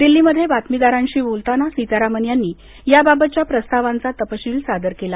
दिल्लीमध्ये बातमीदारांशी बोलताना सीतारामन यांनी या बाबतच्या प्रस्तावांचा तपशील सादर केला